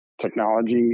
technology